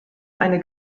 eine